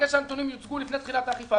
מבקש שהנתונים יוצגו לפני תחילת האכיפה,